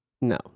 No